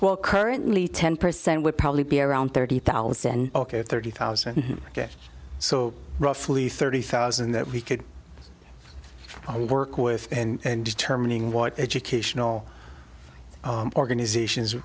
well currently ten percent would probably be around thirty thousand or thirty thousand so roughly thirty thousand that we could work with and determining what educational organizations